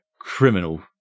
criminal